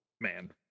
man